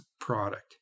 product